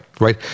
right